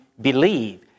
believe